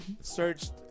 searched